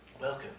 Welcome